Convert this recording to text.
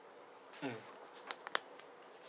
mm